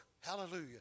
hallelujah